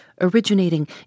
originating